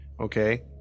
okay